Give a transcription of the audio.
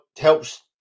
helps